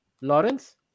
Lawrence